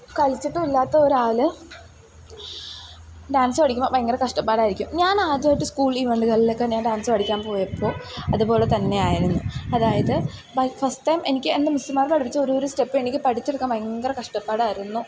കളിച്ചിട്ടും ഇല്ലാത്ത ഒരാൾ ഡാൻസ് പഠിക്കുമ്പോൾ ഭയങ്കര കഷ്ടപ്പാടായിരിക്കും ഞാൻ ആദ്യമായിട്ട് സ്കൂൾ ഈവൻ്റുകളിലൊക്കെ ഞാൻ ഡാൻസ് പഠിക്കാൻ പോയപ്പോൾ അതുപോലെത്തന്നെ ആയിരുന്നു അതായത് ബൈ ഫസ്റ്റ് ടൈം എനിക്ക് എൻ്റെ മിസ്സുമാർ പഠിപ്പിച്ച ഓരോരോ സ്റ്റെപ്പ് എനിക്ക് പഠിച്ചെടുക്കാൻ ഭയങ്കര കഷ്ടപ്പാടായിരുന്നു